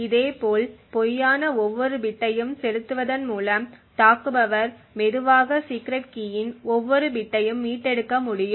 இதேபோல் பொய்யான ஒவ்வொரு பிட்டையும் செலுத்துவதன் மூலம் தாக்குபவர் மெதுவாக சீக்ரெட் கீயின் ஒவ்வொரு பிட்டையும் மீட்டெடுக்க முடியும்